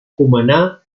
cumaná